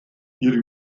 ihre